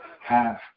half